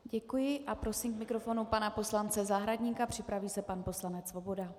Děkuji a prosím k mikrofonu pana poslance Zahradníka, připraví se pan poslanec Svoboda.